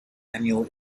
annual